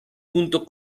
punto